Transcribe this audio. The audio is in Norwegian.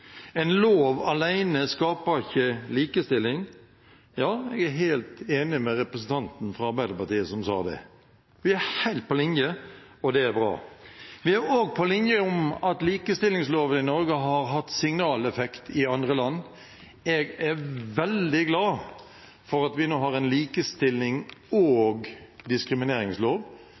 En lov alene skaper ikke likestilling – jeg er helt enig med representanten fra Arbeiderpartiet som sa det. Vi er helt på linje, og det er bra. Vi er også på linje når det gjelder at likestillingsloven i Norge har hatt signaleffekt i andre land. Jeg er veldig glad for at vi nå har en likestillings- og diskrimineringslov,